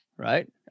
Right